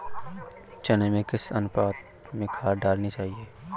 चने में किस अनुपात में खाद डालनी चाहिए?